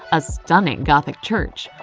a stunning gothic church.